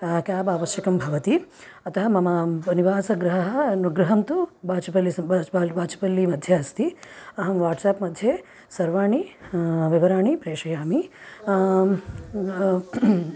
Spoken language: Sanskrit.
क्याब् अवश्यकं भवति अतः मम निवासगृहः अनुगृहन्तु बाच्पलिस् बाच्पाल् वाच्पल्लि मध्ये अस्ति अहं वाट्साप् मध्ये सर्वाणि विवरणानि प्रेषयामि